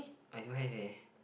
I don't have eh